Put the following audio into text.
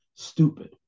stupid